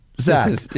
Zach